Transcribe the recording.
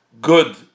good